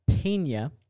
Pena